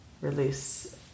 Release